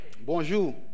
Bonjour